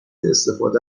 استفاده